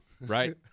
right